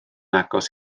agos